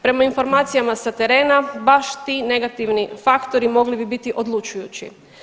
Prema informacijama sa terena baš ti negativni faktori mogli bi biti odlučujući.